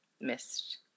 missed